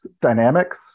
dynamics